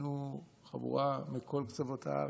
היינו חבורה מכל קצוות הארץ.